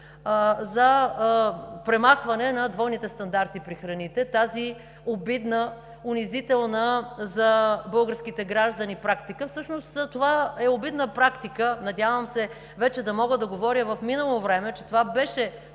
за премахване на двойните стандарти при храните – тази обидна, унизителна за българските граждани практика. Всъщност това е обидна практика, надявам се, вече да мога да говоря в минало време, че това беше